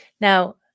Now